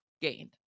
gained